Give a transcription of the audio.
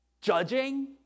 Judging